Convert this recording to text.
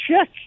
check